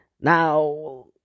Now